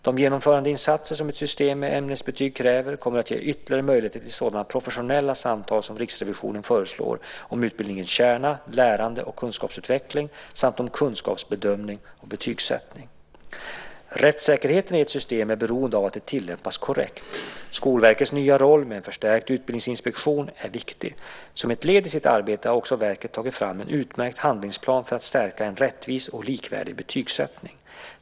De genomförandeinsatser som ett system med ämnesbetyg kräver kommer att ge ytterligare möjligheter till sådana professionella samtal som Riksrevisionen föreslår om utbildningens kärna, lärande och kunskapsutveckling samt om kunskapsbedömning och betygssättning. Rättssäkerheten i ett system är beroende av att det tillämpas korrekt. Skolverkets nya roll med en förstärkt utbildningsinspektion är viktig. Som ett led i sitt arbete har också verket tagit fram en utmärkt handlingsplan för att stärka en rättvis och likvärdig betygssättning.